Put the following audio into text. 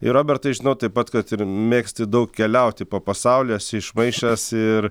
ir robertai žinau taip pat kad ir mėgsti daug keliauti po pasaulį esi išmaišęs ir